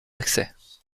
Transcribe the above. accès